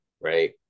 Right